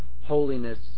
holiness